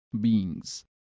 beings